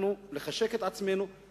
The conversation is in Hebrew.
לחשק את עצמנו,